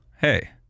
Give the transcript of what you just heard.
hey